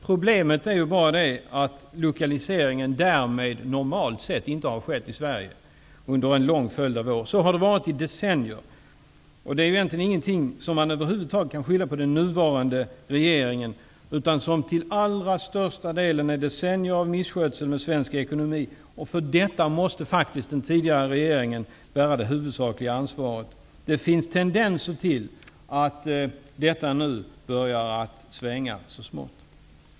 Problemet är att lokaliseringen därmed normalt sett inte har skett i Sverige under en lång följd av år. Så har det varit i decennier. Det är egentligen inte något som man över huvud taget kan skylla den nuvarande regeringen. Det beror till allra största delen på decennier av misskötsel av svensk ekonomi. Detta måste den tidigare regeringen bära det huvudsakliga ansvaret för. Det finns tendenser till att utvecklingen nu börjar att svänga så smått.